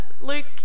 Luke